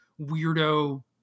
weirdo